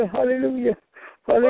Hallelujah